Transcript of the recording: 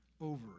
over